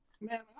man